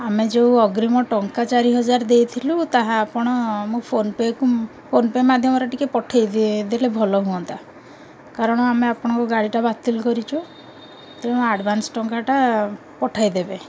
ଆମେ ଯୋଉ ଅଗ୍ରିମ ଟଙ୍କା ଚାରି ହଜାର ଦେଇଥିଲୁ ତାହା ଆପଣ ମୋ ଫୋନ୍ପେକୁ ଫୋନ୍ପେ ମାଧ୍ୟମରେ ଟିକେ ପଠେଇ ଦେଲେ ଭଲ ହୁଅନ୍ତା କାରଣ ଆମେ ଆପଣଙ୍କ ଗାଡ଼ିଟା ବାତିଲ୍ କରିଛୁ ତେଣୁ ଆଡ଼ଭାନ୍ସ ଟଙ୍କାଟା ପଠେଇ ଦେବେ